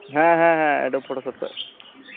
ᱦᱮᱸ ᱦᱮᱸ Adobe Photoshop ᱛᱮ